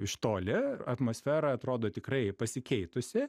iš toli atmosfera atrodo tikrai pasikeitusi